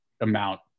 amount